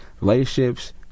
relationships